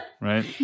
right